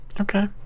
Okay